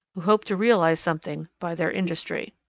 who hoped to realize something by their industry.